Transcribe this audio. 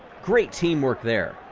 great teamwork there.